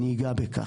אני אגע בכך.